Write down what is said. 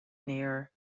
near